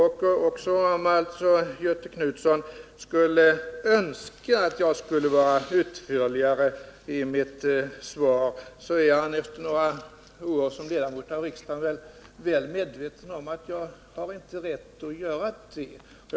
Även om Göthe Knutson önskar att jag hade varit utförligare i mitt svar, så torde han efter några år som ledamot av riksdagen vara väl medveten om att jag inte har rätt att uttala mig om den här gränsdragningen.